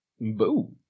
Boo